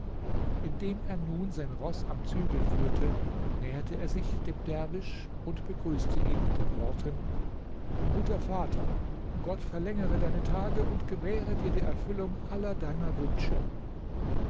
indem er nun sein roß am zügel führte näherte er sich dem derwisch und begrüßte ihn mit den worten guter vater gott verlängere deine tage und gewähre dir die erfüllung aller deiner wünsche